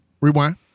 Rewind